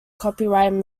copyrighted